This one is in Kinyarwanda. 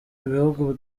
mubihugu